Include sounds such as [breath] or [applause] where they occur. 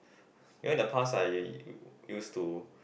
[breath] you know in the past I used to